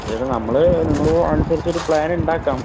ചേട്ടാ നമ്മള് നിങ്ങള് അനുസരിച്ച ഒരു പ്ലാൻ ഉണ്ടാക്കാം